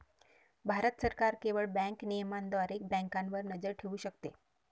भारत सरकार केवळ बँक नियमनाद्वारे बँकांवर नजर ठेवू शकते